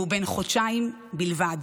והוא בן חודשיים בלבד.